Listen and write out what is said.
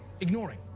ignoring